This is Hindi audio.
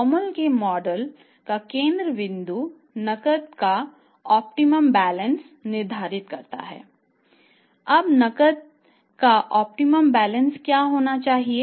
Baumol के मॉडल का केंद्र बिंदु नकद का ऑप्टिमम बैलेंस क्या होना चाहिए